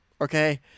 Okay